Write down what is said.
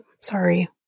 Sorry